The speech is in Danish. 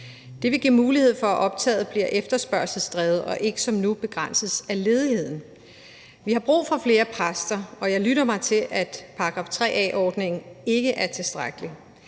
Det vil give mulighed for, at optaget bliver efterspørgselsdrevet, og at det ikke som nu begrænses af ledigheden. Vi har brug for flere præster, og jeg lytter mig til, at § 3 a-ordningen ikke er tilstrækkelig.